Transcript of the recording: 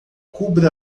cubra